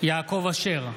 יעקב אשר,